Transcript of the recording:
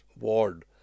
ward